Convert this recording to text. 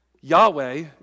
Yahweh